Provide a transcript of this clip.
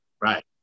Right